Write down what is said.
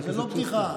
זו לא בדיחה.